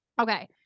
Okay